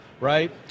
right